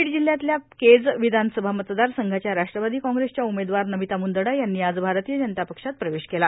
बीड जिल्ह्यातल्या केज विधानसभा मतदार संघाच्या राष्ट्रवादी काँग्रेसच्या उमेदवार नमिता मंदडा यांनी आज भारतीय जनता पक्षात प्रवेश केला